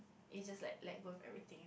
it's just like let go everything